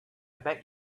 bet